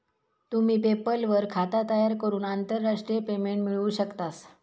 तुम्ही पेपल वर खाता तयार करून आंतरराष्ट्रीय पेमेंट मिळवू शकतास